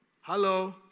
Hello